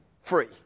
free